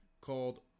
called